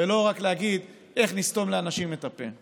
ולא רק להגיד איך נסתום לאנשים את הפה.